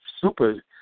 super